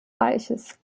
reiches